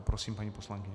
Prosím, paní poslankyně.